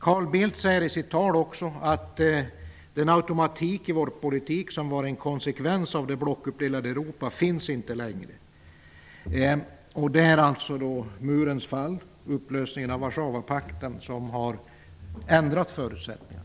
Carl Bildt säger också i sitt tal: ''Den automatik i vår politik som var en konsekvens av det blockuppdelade Europa finns inte längre.'' Det är alltså murens fall och upplösningen av Warszawapakten som har ändrat förutsättningarna.